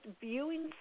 viewing